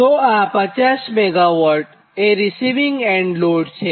તો આ 50 MW receiving end load છે